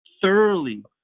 thoroughly